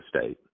state